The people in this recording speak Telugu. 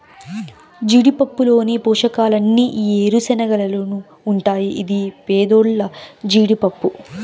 జీడిపప్పులోని పోషకాలన్నీ ఈ ఏరుశనగలోనూ ఉంటాయి ఇది పేదోల్ల జీడిపప్పు